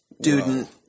student